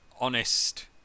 honest